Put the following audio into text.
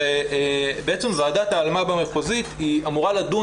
ובעצם ועדת האלמ"ב המחוזית אמורה לדון